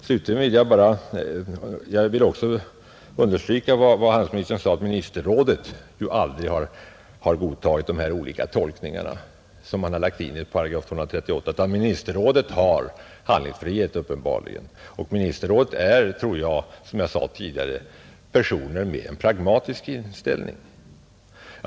Slutligen vill jag också understryka vad handelsministern sade, att ministerrådet aldrig godtagit de olika tolkningar som man lagt in i § 238. Ministerrådet har uppenbarligen handlingsfrihet, och jag tror — som jag sade tidigare — att det där sitter personer med en pragmatisk inställning.